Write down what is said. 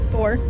Four